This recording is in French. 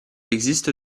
existe